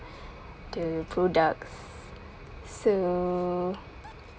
the products so